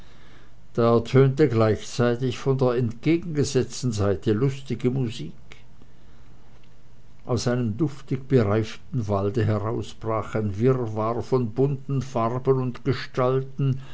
da ertönte gleichzeitig von der entgegengesetzten seite lustige musik aus einem duftig bereiften walde heraus brach ein wirrwarr von bunten farben und gestalten